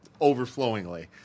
overflowingly